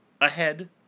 ahead